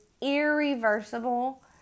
irreversible